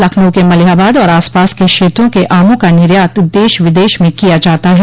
लखनऊ के मलिहाबाद और आस पास के क्षेत्रों के आमों का निर्यात देश विदेश में किया जाता है